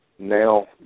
Now